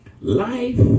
Life